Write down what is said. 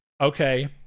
okay